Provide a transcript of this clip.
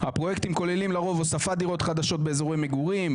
"הפרויקטים כוללים לרוב הוספת דירות חדשות באזורי מגורים,